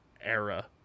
era